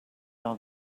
all